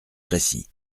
précis